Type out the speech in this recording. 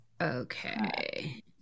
Okay